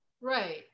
Right